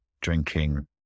drinking